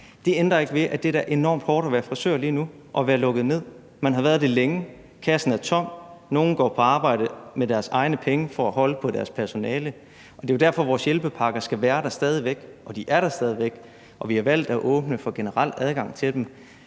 Det ændrer ikke ved, at det da er enormt hårdt at være frisør lige nu og at være lukket ned. Man har været det længe, kassen er tom. Nogle går på arbejde med deres egne penge for at holde på deres personale, og det er derfor, vores hjælpepakker stadig væk skal være der, og de er der stadig væk, og vi har valgt at åbne for generel adgang til dem.